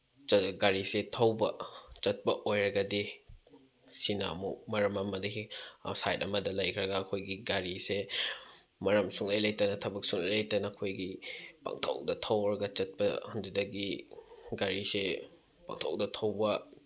ꯒꯥꯔꯤꯁꯦ ꯊꯧꯕ ꯆꯠꯄ ꯑꯣꯏꯔꯒꯗꯤ ꯁꯤꯅ ꯑꯃꯨꯛ ꯃꯔꯝ ꯑꯃꯗꯒꯤ ꯑꯥꯎꯁꯥꯏꯠ ꯑꯃꯗ ꯂꯩꯈ꯭ꯔꯒ ꯑꯩꯈꯣꯏꯒꯤ ꯒꯥꯔꯤꯁꯦ ꯃꯔꯝ ꯁꯨꯡꯂꯩ ꯂꯩꯇꯅ ꯊꯕꯛ ꯁꯨꯡꯂꯩ ꯂꯩꯇꯅ ꯑꯩꯈꯣꯏꯒꯤ ꯄꯪꯊꯧꯗ ꯊꯧꯔꯒ ꯆꯠꯄ ꯑꯗꯨꯗꯒꯤ ꯒꯥꯔꯤꯁꯦ ꯄꯪꯊꯧꯗ ꯊꯧꯕ